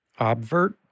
Obvert